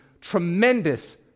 tremendous